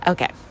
Okay